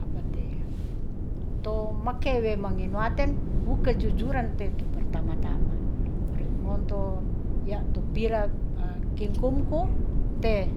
apa te'e to makewe manginuaten wu kejujuran pe tu pertama-tama ore ngonto ya' to pira ki kumku te